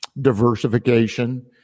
diversification